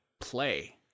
play